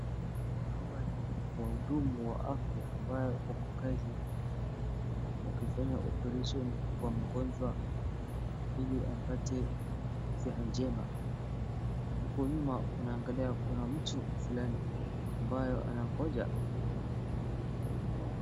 Hawa ni wahudumu wa afya ambayo wako kazi, wakifanya operation kwa mgonjwa ili apate afya njema. Huku nyuma unaangalia kuna mtu flani ambayo anangoja.